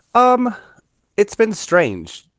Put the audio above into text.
um it's been strange,